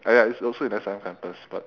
ya it's also in S_I_M campus but